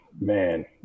man